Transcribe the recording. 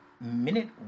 Minute